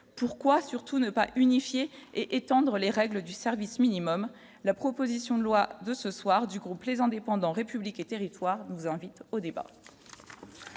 pourquoi surtout ne pas unifiée et étendre les règles du service minimum, la proposition de loi de ce soir du groupe, les indépendants républiques et territoires nous invite au débat.